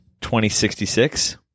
2066